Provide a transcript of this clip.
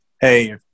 Hey